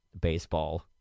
baseball